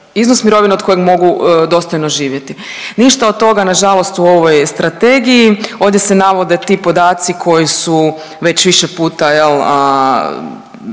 iznos mirovine od koje mogu dostojno živjeti. Ništa od toga nažalost u ovoj strategiji, ovdje se navode ti podaci koji su već više puta jel